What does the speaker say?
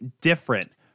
different